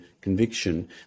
conviction